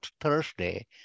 Thursday